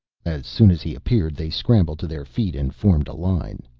as soon as he appeared they scrambled to their feet and formed a line.